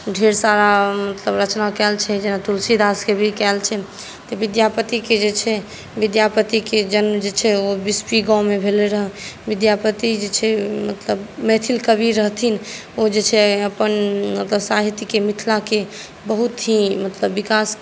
ढ़ेर सारा मतलब रचना कयल छै तुलसीदासके भी कयल छै तऽ विद्यापतिके जे छै विद्यापतिके जन्म जे छै ओ बिसपी गाँवमे भेलै रहै विद्यापति जे छै मतलब मैथिल कवि रहथिन ओ जे छै अपन ओतऽ साहित्यकेँ मिथिलाके बहुत ही मतलब विकास